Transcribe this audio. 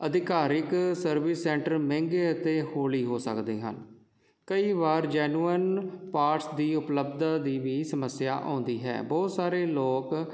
ਅਧਿਕਾਰਤ service centre ਮਹਿੰਗੇ ਅਤੇ ਹੌਲੀ ਹੋ ਸਕਦੇ ਹਨ ਕਈ ਵਾਰ ਜੈਨੂਅਨ ਪਾਰਟਸ ਦੀ ਉਪਲਬਧਤਾ ਦੀ ਵੀ ਸਮੱਸਿਆ ਆਉਂਦੀ ਹੈ ਬਹੁਤ ਸਾਰੇ ਲੋਕ